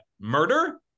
murder